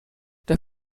der